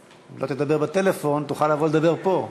אם לא תדבר בטלפון תוכל לבוא לדבר פה.